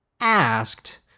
asked